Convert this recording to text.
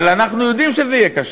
אבל אנחנו יודעים שזה יהיה קשה,